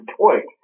point